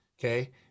Okay